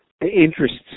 interests